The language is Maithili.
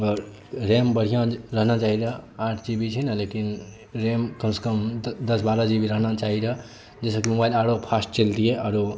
एकर रैम बढ़िऑं रहना चाही रहय आठ जी बी छै ने रैम कम सॅं कम दस बारह जी बी रहना चाही रहय जाहिसॅं कि मोबाइल आरो फास्ट चलितियै आरो